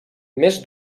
més